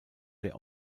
der